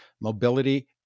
mobility